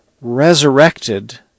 resurrected